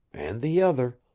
and the other.